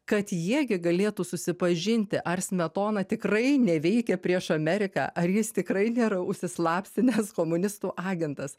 kad jie gi galėtų susipažinti ar smetona tikrai neveikia prieš ameriką ar jis tikrai nėra užsislapstinęs komunistų agentas